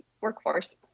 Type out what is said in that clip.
workforce